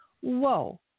whoa